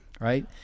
Right